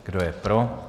Kdo je pro?